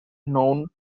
known